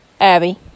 Abby